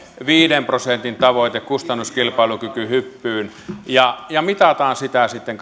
viiden prosentin tavoite kustannuskilpailukykyhyppyyn ja ja mitataan sitä sitten